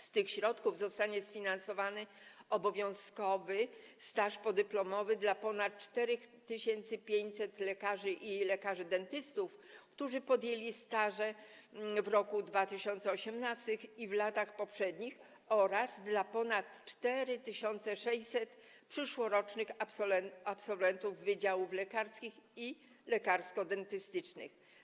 Z tych środków zostanie sfinansowany obowiązkowy staż podyplomowy dla ponad 4500 lekarzy i lekarzy dentystów, którzy podjęli staże w roku 2018 i w latach poprzednich, oraz dla ponad 4600 przyszłorocznych absolwentów wydziałów lekarskich i lekarsko-dentystycznych.